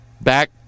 back